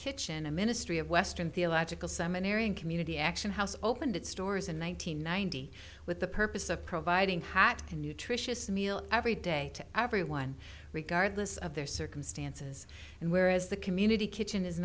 kitchen a ministry of western theological seminary and community action house opened its stores in one nine hundred ninety with the purpose of providing hot nutritious meal every day to everyone regardless of their circumstances and where as the community kitchen is